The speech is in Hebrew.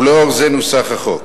ולאור זה נוסח החוק.